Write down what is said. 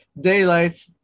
daylight